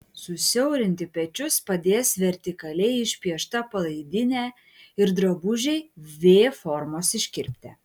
susiaurinti pečius padės vertikaliai išpiešta palaidinė ir drabužiai v formos iškirpte